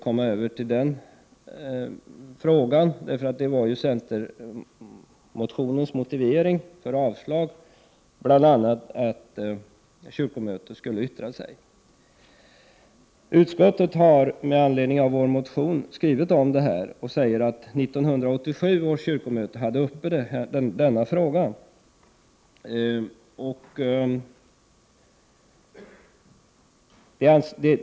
Motiveringen till det avslag som yrkades i centermotionen 1987/88:Kr26 var bl.a. att kyrkomötet skulle yttra sig. Utskottet har med anledning av vår motion skrivit att 1987 års kyrkomöte hade uppe denna fråga till behandling.